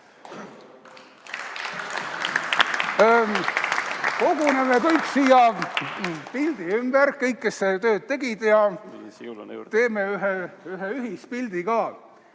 Koguneme kõik siia pildi ümber, kõik, kes seda tööd tegid, ja teeme ühe ühispildi ka.